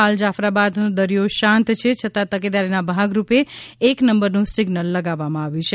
હાલ જાફરાબાદનો દરિયો શાંત છે છતાં તકેદારીના ભાગરૂપે એક નંબરનું સિઝ્નલ લગાવવામાં આવ્યું છે